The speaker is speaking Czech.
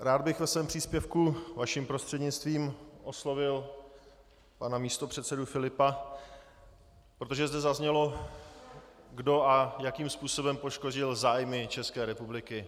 Rád bych ve svém příspěvku vaším prostřednictvím oslovil pana místopředsedu Filipa, protože zde zaznělo, kdo a jakým způsobem poškodil zájmy České republiky.